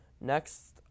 Next